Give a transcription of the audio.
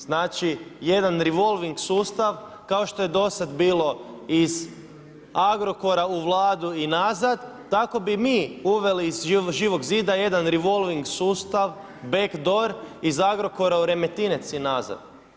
Znači jedan rivolving sustav kao što je do sada bilo iz Agrokora u Vladu i nazad, tako bi mi uveli iz Živog zida jedan rivolving sustav beck door iz Agrokora u Remetinec i nazad.